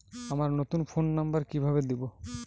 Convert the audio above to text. আমার নতুন phone number কিভাবে দিবো?